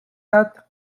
not